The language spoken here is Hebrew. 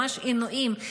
ממש עינויים.